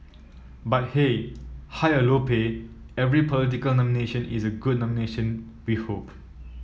but hey high or low pay every political nomination is a good nomination we hope